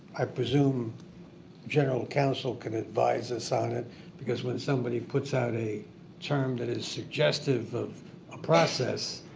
i presume general counsel could advise us on it because when somebody puts out a term that is suggestive of a process,